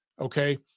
okay